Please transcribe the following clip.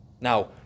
Now